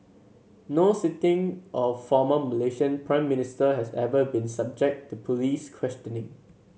no sitting or former Malaysian Prime Minister has ever been subject to police questioning